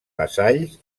vassalls